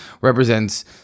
represents